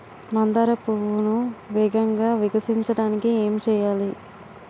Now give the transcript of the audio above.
మందార పువ్వును వేగంగా వికసించడానికి ఏం చేయాలి?